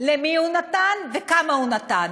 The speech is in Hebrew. למי הוא נתן וכמה הוא נתן,